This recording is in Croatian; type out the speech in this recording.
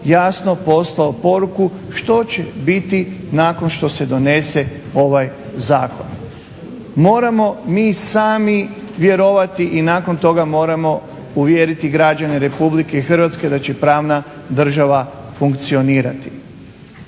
jasno poslao poruku što će biti nakon što se donese ovaj zakon. Moramo mi sami vjerovati i nakon toga moramo uvjeriti građane RH da će pravna država funkcionirati.